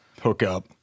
hookup